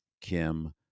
Kim